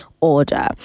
order